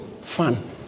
fun